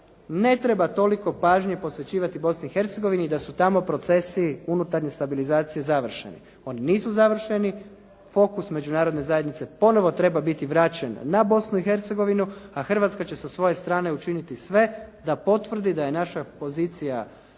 ne treba toliko pažnje posvećivati Bosni i Hercegovini i da su tamo procesi unutarnje stabilizacije završeni. Oni nisu završeni, fokus Međunarodne zajednice ponovo treba biti vraćen na Bosnu i Hercegovinu, a Hrvatska će sa svoje strane učiniti sve da potvrdi da je naša pozicija